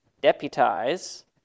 deputize